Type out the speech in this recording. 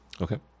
Okay